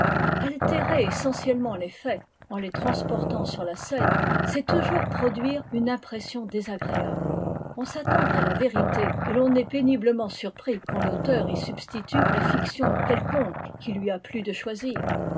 altérer essentiellement les faits en les transportant sur la scène c'est toujours produire une impression désagréable on s'attend à la vérité et l'on est péniblement surpris quandl'auteur y substitue la fiction quelconque qu'il lui a plu de choisir